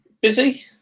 busy